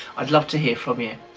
i'd love to hear from you.